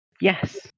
Yes